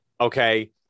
Okay